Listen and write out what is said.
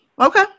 Okay